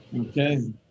Okay